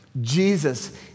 Jesus